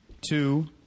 two